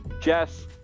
jess